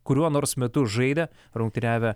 kuriuo nors metu žaidę rungtyniavę